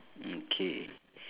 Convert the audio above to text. four five six seven